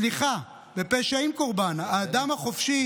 סליחה, בפשע עם קורבן, האדם החופשי